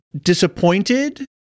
disappointed